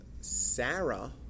Sarah